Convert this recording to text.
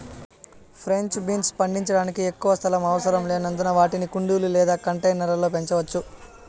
French beans పండించడానికి ఎక్కువ స్థలం అవసరం లేనందున వాటిని కుండీలు లేదా కంటైనర్ల లో పెంచవచ్చు